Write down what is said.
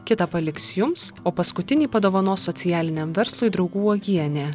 kitą paliks jums o paskutinį padovanos socialiniam verslui draugų uogienė